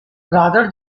rather